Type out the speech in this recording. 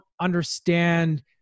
understand